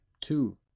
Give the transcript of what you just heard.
Two